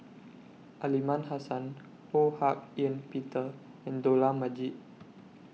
Aliman Hassan Ho Hak Ean Peter and Dollah Majid